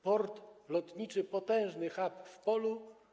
Port lotniczy, potężny hub w polu.